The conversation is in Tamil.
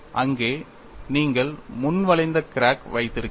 அங்கே நீங்கள் முன் வளைந்த கிராக் வைத்திருந்தீர்கள்